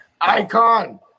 Icon